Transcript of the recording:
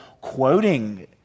quoting